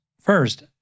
first